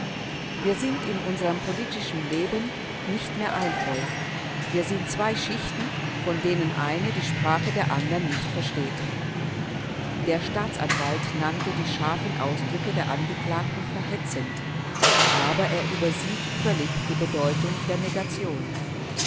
wir sind in unserem politischen leben nicht mehr ein volk wir sind zwei schichten von denen die eine die sprache der anderen nicht versteht der staatsanwalt nannte die scharfen ausdrücke der angeklagten verhetzend aber er übersieht völlig die bedeutung der negation